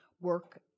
work